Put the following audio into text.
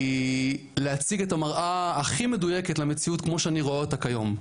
היא להציג את המראה הכי מדויקת למציאות כמו שאני רואה אותה כיום,